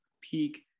peak